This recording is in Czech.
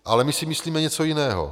Ale my si myslíme něco jiného.